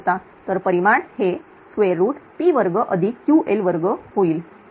तर परिमाण हे p2Ql2 होईल